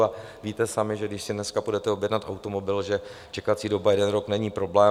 A víte sami, že když si dneska půjdete objednat automobil, že čekací doba jeden rok není problém.